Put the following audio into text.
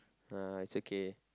nah it's okay